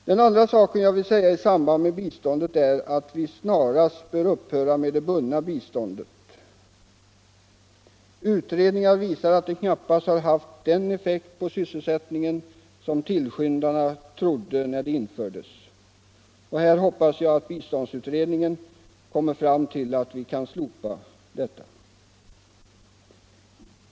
Den andra sak jag vill säga i samband med biståndet är att vi snarast bör upphöra med det bundna biståndet. Utredningar visar att det knappast har haft sådan effekt på sysselsättningen som tillskyndarna trodde när det infördes. Jag hoppas att biståndsutredningen kommer fram till att vi kan slopa det.